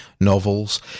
novels